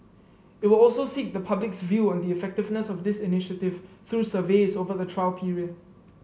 it will also seek the public's view on the effectiveness of this initiative through surveys over the trial period